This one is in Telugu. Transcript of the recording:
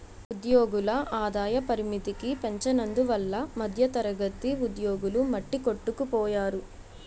ఉద్యోగుల ఆదాయ పరిమితికి పెంచనందువల్ల మధ్యతరగతి ఉద్యోగులు మట్టికొట్టుకుపోయారు